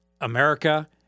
America